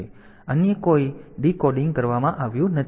તેથી અન્ય કોઈ ડીકોડિંગ કરવામાં આવ્યું નથી